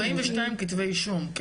כאן כתוב 42 כתבי אישום.